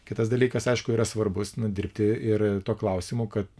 kitas dalykas aišku yra svarbus nu dirbti ir tuo klausimu kad